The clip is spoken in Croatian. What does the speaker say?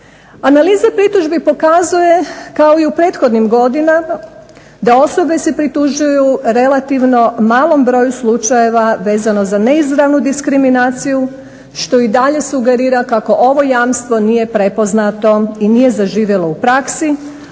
Analiza pritužbi pokazuje kao i u prethodnim godinama da osobe se pritužuju u relativno malom broju slučajeva vezano za neizravnu diskriminaciju što i dalje sugerira kako ovo jamstvo nije prepoznato i nije zaživjelo u praksi,